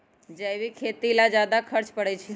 जैविक खेती ला ज्यादा खर्च पड़छई?